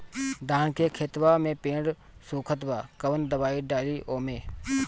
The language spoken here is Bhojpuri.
धान के खेतवा मे पेड़ सुखत बा कवन दवाई डाली ओमे?